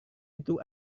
itu